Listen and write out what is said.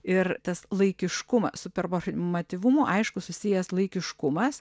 ir tas laikiškumą su performatyvumu aišku susijęs laikiškumas